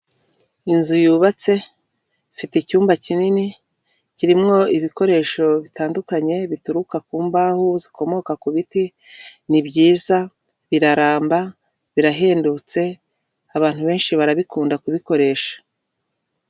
Inzu yubatse ifite icyumba kinini, kirimo ibikoresho bitandukanye bituruka ku mbaho zikomoka ku biti, ni byiza, biraramba, birahendutse, abantu benshi barabikunda kubikoresha.